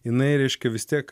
jinai reiškia vis tiek